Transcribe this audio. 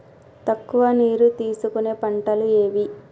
తక్కువ నీరు తీసుకునే పంటలు ఏవి?